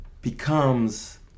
Becomes